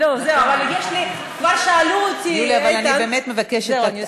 זהו, כבר שאלו אותי, יוליה, אני באמת מבקשת.